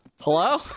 Hello